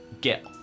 get